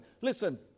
Listen